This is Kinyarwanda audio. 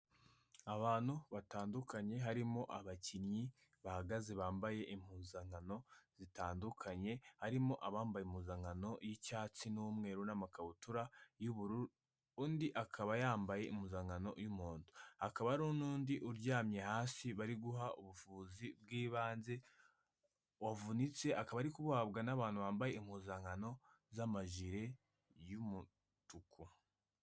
Abantu batandukanye harimo abakinnyi bahagaze bambaye impuzankano zitandukanye harimo abambaye impuzankano y'icyatsi n'umweru n'amakabutura y'ubururu undi akaba yambaye impuzankano y'umuhondo kaba hari n'undi uryamye hasi bari guha ubuvuzi bw'ibanze wavunitse akaba aribuhabwa n'abantu bambaye impuzankano z'amajire y'umutuku.